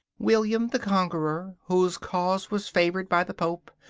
william the conqueror, whose cause was favoured by the pope,